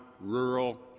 rural